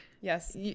yes